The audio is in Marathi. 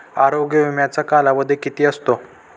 आरोग्य विम्याचा कालावधी किती असतो?